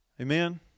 Amen